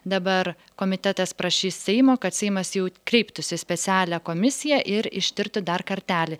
dabar komitetas prašys seimo kad seimas jau kreiptųsi į specialią komisiją ir ištirtų dar kartelį